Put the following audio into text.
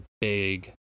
big